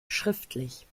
schriftlich